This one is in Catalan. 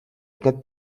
aquest